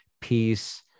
peace